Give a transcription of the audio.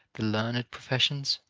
the learned professions,